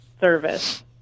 service